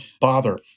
bother